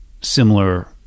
similar